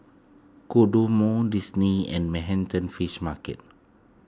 Kodomo Disney and Manhattan Fish Market